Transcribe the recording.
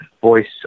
voice